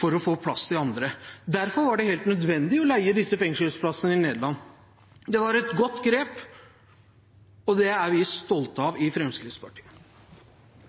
for å få plass til andre. Derfor var det helt nødvendig å leie disse fengselsplassene i Nederland. Det var et godt grep, og det er vi stolte av i Fremskrittspartiet.